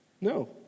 No